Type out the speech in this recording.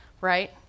right